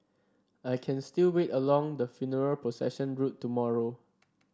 I can still wait along the funeral procession route tomorrow